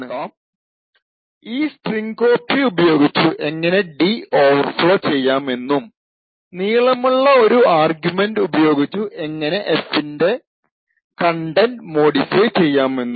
ഇപ്പോൾ നമുക്ക് നോക്കാം ഈ strcpy ഉപയോഗിച്ചു എങ്ങനെ d ഓവർഫ്ലോ ചെയ്യാമെന്നും നീളമുള്ള ഒരു ആർഗ്യുമെൻറ് ഉപയോഗിച്ചു എങ്ങനെ f ൻറെ കൺടെന്റ് മോഡിഫൈ ചെയ്യാമെന്നും